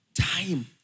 Time